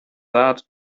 that